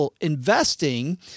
investing